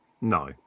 no